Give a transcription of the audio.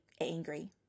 angry